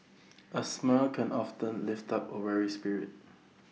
A smile can often lift up A weary spirit